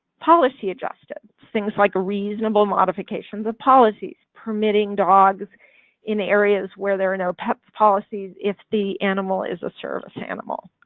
policy adjustments things like reasonable modifications of policies permitting dogs in areas where there are no pet policies if the animal is a service animal?